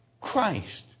Christ